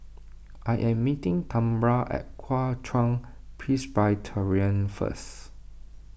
I am meeting Tambra at Kuo Chuan Presbyterian first